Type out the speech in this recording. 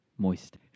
Moist